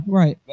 right